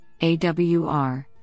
AWR